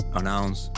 announce